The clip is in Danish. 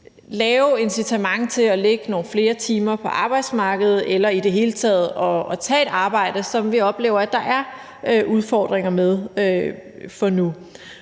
lave incitament til at lægge nogle flere timer på arbejdsmarkedet eller i det hele taget at tage et arbejde, som vi oplever der er udfordringer med for nu.